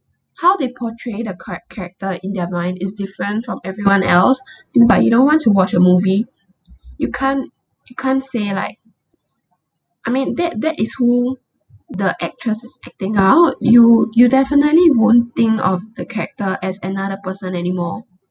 how they portray the charac~ character in their mind is different from everyone else um but you once you watched a movie you can't you can't say like I mean that that is who the actress is acting out you you definitely won't think of the character as another person anymore